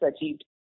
achieved